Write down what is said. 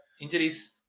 Injuries